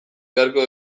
beharko